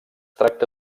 tracta